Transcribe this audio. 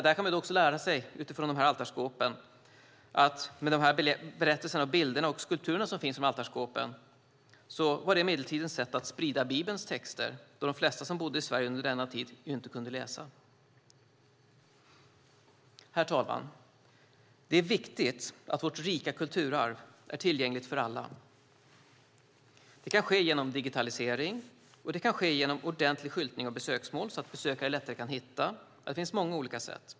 Där kan man också lära sig att berättelserna på altarskåpen med sina bilder och skulpturer var medeltidens sätt att sprida Bibelns texter, då de flesta som bodde i Sverige under denna tid inte kunde läsa. Herr talman! Det är viktigt att vårt rika kulturarv är tillgängligt för alla. Det kan ske genom digitalisering, och det kan ske genom ordentlig skyltning av besöksmål, så att besökare lättare kan hitta. Det finns många olika sätt.